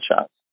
shots